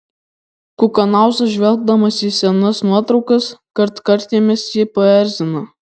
kukanauza žvelgdamas į senas nuotraukas kartkartėmis jį paerzina